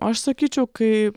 aš sakyčiau kai